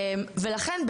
ולכן,